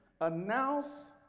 Announce